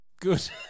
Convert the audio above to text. Good